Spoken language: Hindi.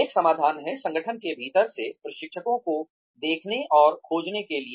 एक समाधान है संगठन के भीतर से प्रशिक्षकों को देखने और खोजने के लिए